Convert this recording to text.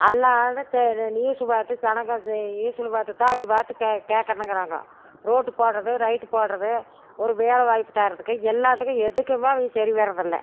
எல்லாரும் நியூஸ் பார்த்து ஜனங்க நியூஸில் பார்த்துத்தான் அவங்க பார்த்து கேட்குறனுங்குறாங்க ரோட்டு போடுறது லைட்டு போடுறது ஒரு வேலைவாய்ப்பு தரத்துக்கு எல்லாத்துக்கும் எதுக்குமே அவங்க சரி வரதில்லை